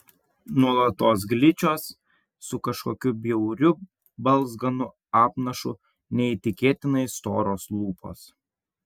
nuolatos gličios su kažkokiu bjauriu balzganu apnašu neįtikėtinai storos lūpos